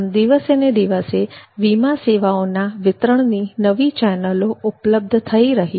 આમ દિવસે ને દિવસે વીમા સેવાઓના વિતરણની નવી ચેનલો ઉપલબ્ધ થઇ રહી છે